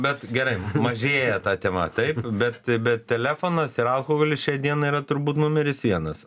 bet gerai mažėja ta tema taip bet bet telefonas ir alkoholis šiai dienai yra turbūt numeris vienas